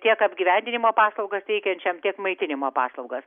tiek apgyvendinimo paslaugas teikiančiam tiek maitinimo paslaugas